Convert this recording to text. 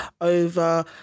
over